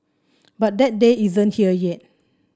but that day isn't here yet